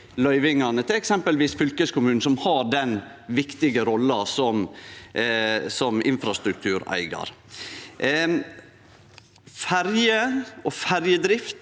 fylkeskommunen, som har den viktige rolla som infrastruktureigar. Ferjer og ferjedrift